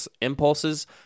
impulses